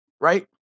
Right